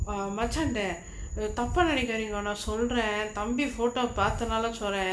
மச்சான்ட தப்பா நினைகாதிங்கோ நா சொல்ற தம்பி:machaanta thappaa ninaikaathingo naa solra thambi photo பாத்தனாலே சொல்ற:paathanaala solra